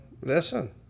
listen